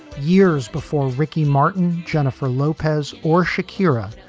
years before ricky martin, jennifer lopez or shakira,